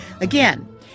Again